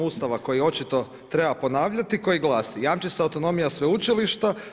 Ustava koji očito treba ponavljati koji glasi: „Jamči se autonomija sveučilišta.